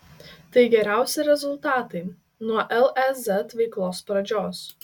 tai geriausi rezultatai nuo lez veiklos pradžios